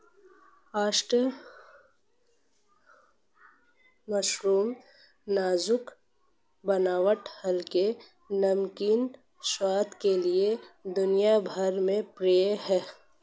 oyster mushroom नाजुक बनावट हल्के, नमकीन स्वाद के लिए दुनिया भर में प्रिय है